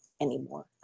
anymore